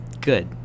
good